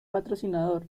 patrocinador